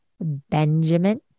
Benjamin